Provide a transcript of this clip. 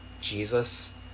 Jesus